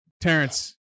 Terrence